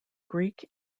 greek